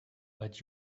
but